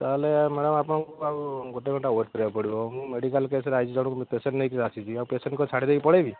ତାହେଲେ ମ୍ୟାଡ଼ାମ୍ ଆପଣଙ୍କୁ ଆଉ ଗୋଟେ ଘଣ୍ଟା ୱେଟ୍ କରିବାକୁ ପଡ଼ିବ ମୁଁ ମେଡ଼ିକାଲ୍ କେସ୍ରେ ଆଇଛି ଜଣଙ୍କୁ ପେସେଣ୍ଟ ନେଇକି ଆସିଛି ଆଉ କ'ଣ ପେସେଣ୍ଟକୁ ଛାଡ଼ି ଦେଇକି ପଳାଇବି